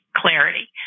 clarity